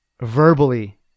verbally